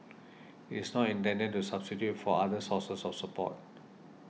it is not intended to substitute for other sources of support